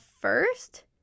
first